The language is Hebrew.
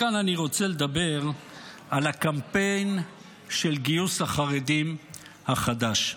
מכאן אני רוצה לדבר על הקמפיין של גיוס החרדים החדש.